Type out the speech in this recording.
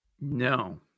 No